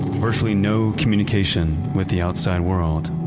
virtually no communication with the outside world,